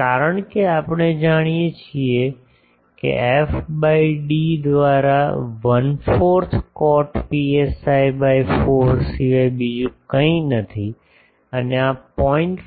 કારણ કે આપણે જાણીએ છીએ f by d દ્વારા one fourth cot psi by 4 સિવાય બીજું કંઈ નથી અને આ 0